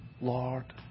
Lord